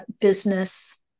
business